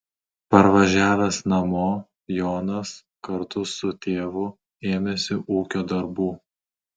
parvažiavęs namo jonas kartu su tėvu ėmėsi ūkio darbų